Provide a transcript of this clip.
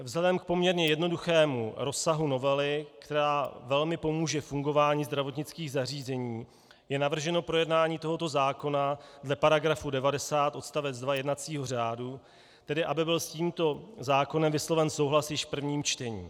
Vzhledem k poměrně jednoduchému rozsahu novely, která velmi pomůže fungování zdravotnických zařízení, je navrženo projednání tohoto zákona dle § 90 odst. 2 jednacího řádu, tedy aby byl s tímto zákonem vysloven souhlas již v prvním čtení.